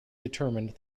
determined